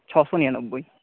ছশো নিরানব্বই